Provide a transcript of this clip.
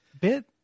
bit